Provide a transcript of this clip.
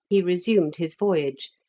he resumed his voyage,